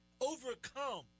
overcome